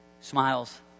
smiles